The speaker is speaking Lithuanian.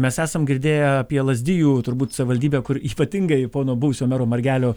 mes esam girdėję apie lazdijų turbūt savivaldybę kur ypatingai pono buvusio mero margelio